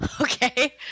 Okay